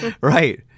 Right